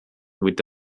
with